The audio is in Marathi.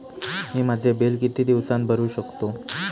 मी माझे बिल किती दिवसांत भरू शकतो?